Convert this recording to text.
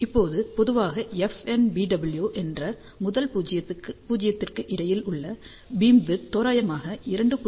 இப்போது பொதுவாக FNBW என்ற முதல் பூஜ்யத்திற்கு இடையில் உள்ள பீம்விட்த் தோராயமாக 2